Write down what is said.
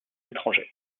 étrangers